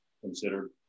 considered